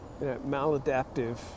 maladaptive